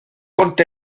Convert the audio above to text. compte